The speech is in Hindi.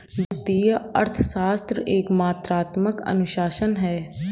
वित्तीय अर्थशास्त्र एक मात्रात्मक अनुशासन है